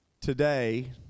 Today